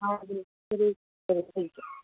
हाँ जी चलिए करते हैं कुछ